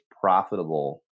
profitable